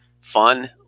Fun